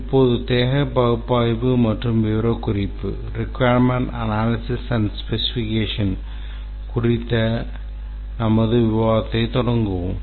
இப்போது தேவைகள் பகுப்பாய்வு மற்றும் விவரக்குறிப்பு குறித்த எங்கள் விவாதத்தைத் தொடங்குவோம்